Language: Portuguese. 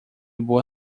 boa